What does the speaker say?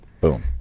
boom